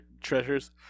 treasures